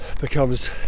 becomes